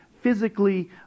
physically